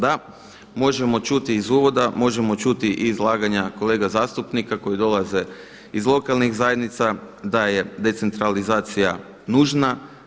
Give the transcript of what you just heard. Da, možemo čuti iz uvoda, možemo čuti iz izlaganja kolega zastupnika koji dolaze iz lokalnih zajednica da je decentralizacija nužna.